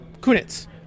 Kunitz